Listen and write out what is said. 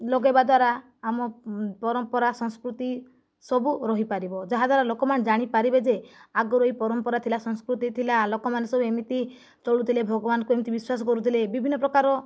ଲଗାଇବା ଦ୍ୱାରା ଆମ ପରମ୍ପରା ସଂସ୍କୃତି ସବୁ ରହିପାରିବ ଯାହାଦ୍ୱାରା ଲୋକମାନେ ଜାଣିପାରିବେ ଯେ ଆଗରୁ ଏହି ପରମ୍ପରା ଥିଲା ସଂସ୍କୃତି ଥିଲା ଲୋକମାନେ ସବୁ ଏମିତି ଚଳୁଥିଲେ ଭଗବାନଙ୍କୁ ଏମିତି ବିଶ୍ୱାସ କରୁଥିଲେ ବିଭିନ୍ନ ପ୍ରକାର